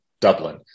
Dublin